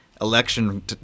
election